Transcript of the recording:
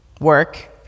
work